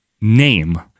name